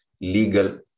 legal